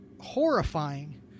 horrifying